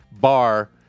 bar